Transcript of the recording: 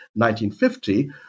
1950